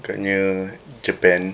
agaknya japan